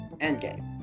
Endgame